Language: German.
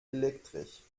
elektrisch